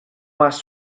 más